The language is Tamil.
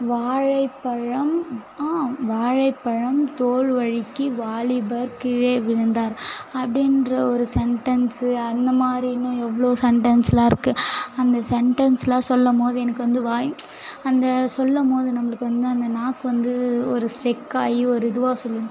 வாழைப்பழம் ஆ வாழைப்பழம் தோல் வழுக்கி வாலிபர் கீழே விழுந்தார் அப்படின்ற ஒரு சென்டன்ஸு அந்த மாதிரி இன்னும் எவ்வளோ சென்டன்ஸ் எல்லாம் இருக்கு அந்த சென்டன்ஸ் எல்லாம் சொல்லும்மோது எனக்கு வந்து வாய் அந்த சொல்லும்மோது நம்மளுக்கு வந்து அந்த நாக்கு வந்து ஒரு ஸ்ட்ரக்காகி ஒரு இதுவாக சொல்லுவோம்